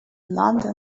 london